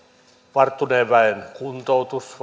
varttuneen väen kuntoutuksesta